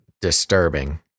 disturbing